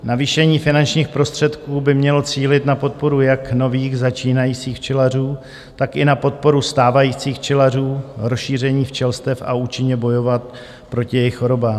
Navýšení finančních prostředků by mělo cílit na podporu jak nových začínajících včelařů, tak i na podporu stávajících včelařů, rozšíření včelstev a účinně bojovat proti jejich chorobám.